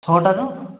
ଛଅଟାରୁ